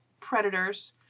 predators